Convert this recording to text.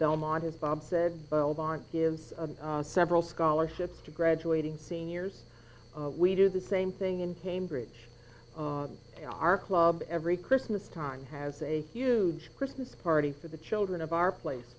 belmont as bob said belmont gives several scholarships to graduating seniors we do the same thing in cambridge our club every christmas time has a huge christmas party for the children of our place